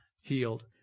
healed